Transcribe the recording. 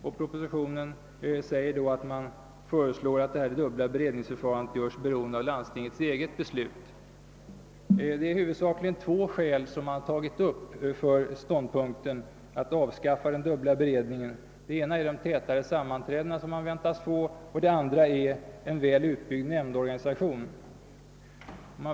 I propositionen föreslås att det dubbla beredningsförfarandet görs beroende av landstingets eget beslut. Det är huvudsakligen två skäl som har anförts för ståndpunkten att den dubbla beredningen skall avskaffas. Det ena är att sammanträdena väntas förezomma allt tätare, det andra är tillcomsten av en väl utbyggd nämndorganisation.